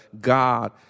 God